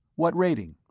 what rating?